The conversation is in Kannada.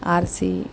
ಆರಿಸಿ